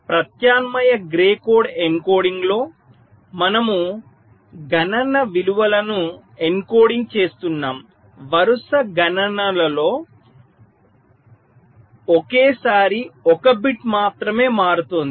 ప్రత్యామ్నాయ Gray code ఎన్కోడింగ్లో మనము గణన విలువలను ఎన్కోడింగ్ చేస్తున్నాము వరుస గణనలలో ఒకేసారి ఒక బిట్ మాత్రమే మారుతోంది